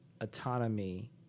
autonomy